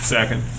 Second